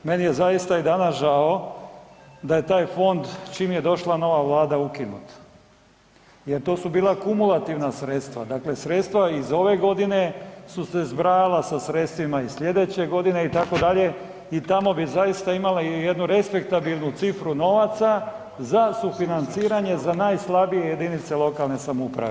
Meni je zaista i danas žao da je taj fond čim je došla nova vlada, ukinut jer to su bila kumulativna sredstva, dakle sredstva iz ove godine su se zbrajala sa sredstvima iz slijedeće godine itd. i tamo bi zaista imali jednu respektabilnu cifru novaca za sufinanciranje za najslabije JLS-ove.